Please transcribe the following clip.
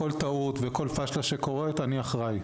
כל טעות וכל פשלה שקורית אני אחראי,